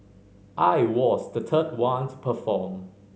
I was the third one to perform